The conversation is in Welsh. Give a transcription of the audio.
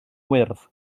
wyrdd